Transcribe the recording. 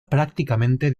prácticamente